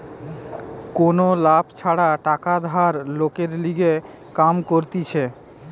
কোনো লাভ ছাড়া টাকা ধার লোকের লিগে কাম করতিছে